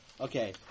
Okay